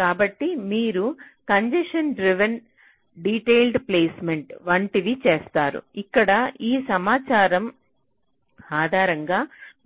కాబట్టి మీరు congestion driven detailed placement వంటివి చేస్తారు ఇక్కడ ఈ సమాచారం ఆధారంగా